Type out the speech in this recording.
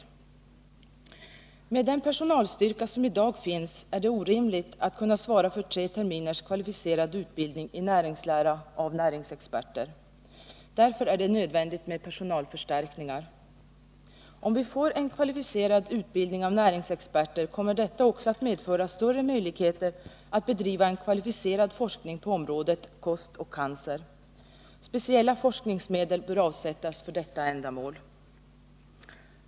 Med Nr 120 den personalstyrka som i dag finns är det orimligt att kunna svara för tre terminers kvalificerad utbildning i näringslära av näringsexperter. Därför är det nödvändigt med personalförstärkningar. Om vi får en kvalificerad utbildning av näringsexperter, kommer detta också att medföra större möjligheter att bedriva en kvalificerad forskning på området kost och cancer. Speciella forskningsmedel bör avsättas för detta ändamål.